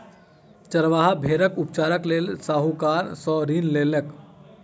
चरवाहा भेड़क उपचारक लेल साहूकार सॅ ऋण लेलक